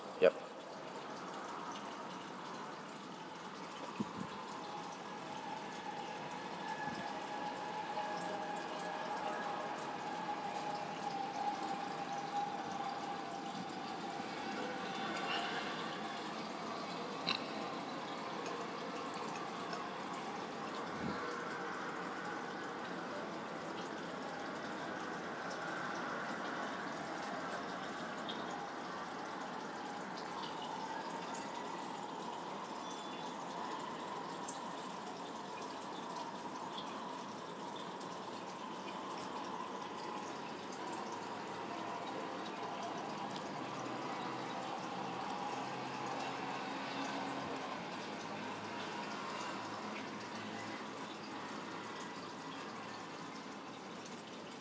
yup